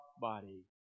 body